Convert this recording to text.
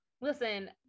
Listen